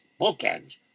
Bookends